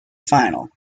final